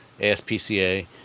ASPCA